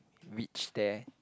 reach there